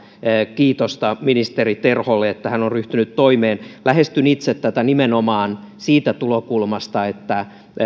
kiitosta ministeri terholle siitä että hän on ryhtynyt toimeen lähestyn itse tätä nimenomaan siitä tulokulmasta että